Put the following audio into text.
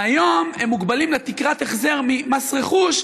והיום הם מוגבלים לתקרת החזר ממס רכוש,